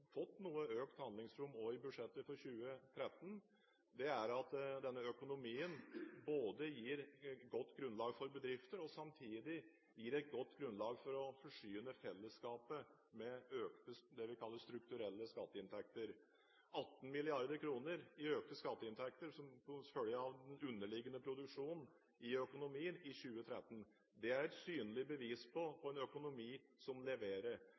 fått noe økt handlingsrom, også i budsjettet for 2013 – gir denne økonomien et godt grunnlag både for bedrifter og for å forsyne fellesskapet med økte, det vi kaller strukturelle skatteinntekter. 18 mrd. kr i økte skatteinntekter som følge av den underliggende produksjonen i økonomien i 2013, er et synlig bevis på en økonomi som leverer.